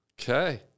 Okay